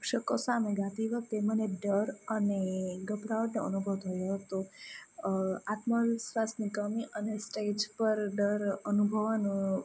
પ્રેક્ષકો સામે ગાતી વખતે મને ડર અને ગભરાટનો અનુભવ થયો હતો આત્મવિશ્વાસની કમી અને સ્ટેજ પર ડર અનુભવાનો